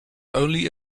only